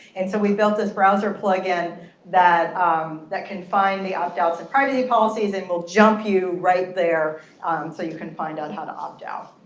and so we built this browser plug-in that that can find the opt outs and private policies and will jump you right there so you can find out how to opt out.